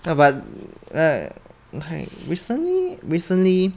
ya but uh like recently recently